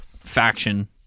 faction